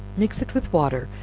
mix it with water,